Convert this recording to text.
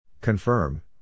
Confirm